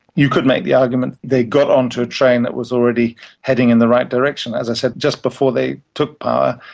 you could make the argument they got onto a train that was already heading in the right direction. as i said, just before they took power,